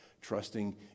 trusting